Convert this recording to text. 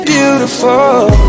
Beautiful